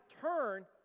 turn